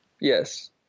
Yes